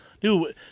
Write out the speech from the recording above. Dude